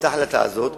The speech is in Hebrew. את ההחלטה הזאת,